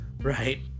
right